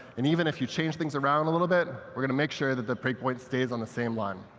and even if you change things around a little bit, we're going to make sure that the breakpoint stays on the same line.